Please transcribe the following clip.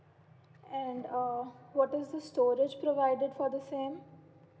and uh what is the storage provided for the SIM